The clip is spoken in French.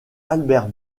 albert